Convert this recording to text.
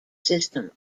system